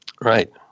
Right